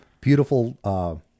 beautiful